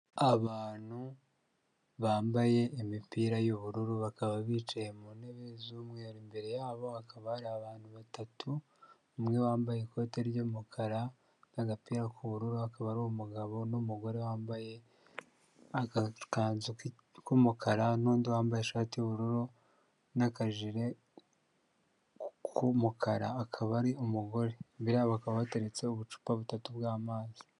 Abantu bambaye imipira y'ubururu, bakaba bicaye mu ntebe z'umweru, imbere yabo hakaba hari abantu batatu, umwe wambaye ikoti ry'umukara, n'agapira k'ubururu, akaba ari umugabo n'umugore, wambaye agakanzu k'umukara, n'undi wambaye ishati y'ubururu, n'akajire k'umukara akaba ari umugore, imbere ye hakaba hateretse ubucupa butatu bw'amazi.